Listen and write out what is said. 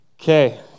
Okay